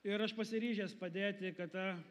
ir aš pasiryžęs padėti kad ta